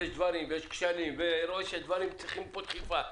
שיש כשלים ויש דברים שמצריכים דחיפה,